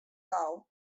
gau